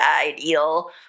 ideal